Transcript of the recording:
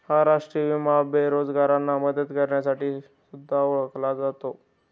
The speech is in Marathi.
हा राष्ट्रीय विमा बेरोजगारांना मदत करण्यासाठी सुद्धा ओळखला जातो